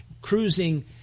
cruising